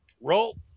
Roll